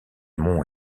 monts